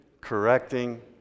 correcting